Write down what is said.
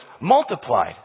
multiplied